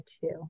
two